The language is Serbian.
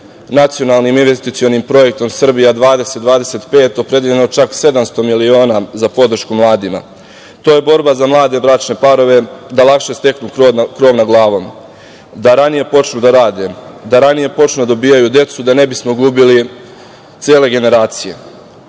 Nacionalnim investicionim projektom „Srbija 20-25“ opredeljeno čak 700 miliona za podršku mladima. To je borba za mlade bračne parove da lakše steknu krov nad glavom, da ranije počnu da rade, da ranije počnu da dobijaju decu, da ne bismo gubili cele generacije.